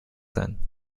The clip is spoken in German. sein